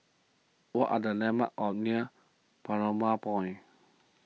what are the landmarks are near Balmoral Point